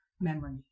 memory